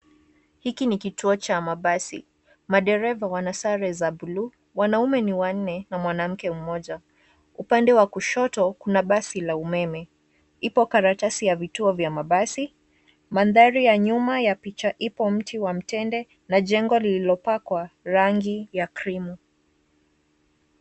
Hiki ni kituo cha mabasi. Madereva wana sare za buluu. Wanaume ni wanne, na mwanamke mmoja. Upande wa kushoto, kuna basi la umeme, ipo karatasi ya vituo vya mabasi. Mandhari ya nyuma ya picha ipo mti ya mtende na jengo liliopakwa rangi ya krimu.